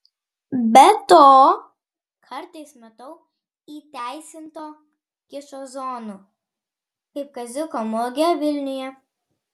be to kartais matau įteisinto kičo zonų kaip kaziuko mugė vilniuje